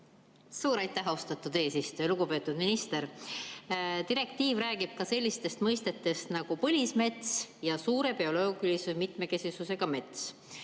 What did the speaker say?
Suur aitäh, austatud eesistuja! Lugupeetud minister! Direktiiv räägib sellistest mõistetest nagu põlismets ja suure bioloogilise mitmekesisusega mets.